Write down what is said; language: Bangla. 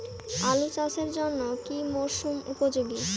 আলু চাষের জন্য কি মরসুম উপযোগী?